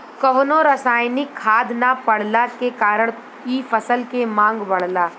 कवनो रासायनिक खाद ना पड़ला के कारण इ फसल के मांग बढ़ला